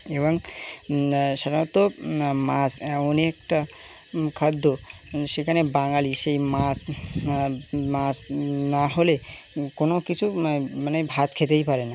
এবং সাধারণত মাছ অনেকটা খাদ্য সেখানে বাঙালি সেই মাছ মাছ না হলে কোনো কিছু মানে ভাত খেতেই পারে না